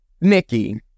Nikki